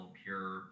pure